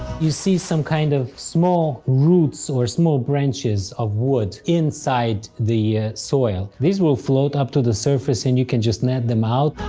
you see some kinds kind of small roots, or small branches of wood inside the soil. these will float up to the surface and you can just net them out.